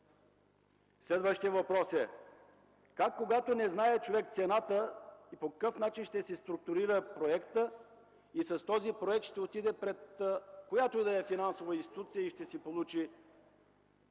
Следващият въпрос е: как, когато човек не знае цената, по какъв начин ще си структурира проекта и с този проект ще отиде пред която и да е финансова институция и ще си получи